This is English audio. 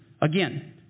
again